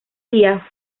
día